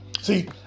See